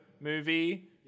movie